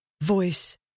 Voice